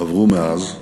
עברו מאז,